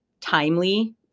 timely